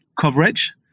coverage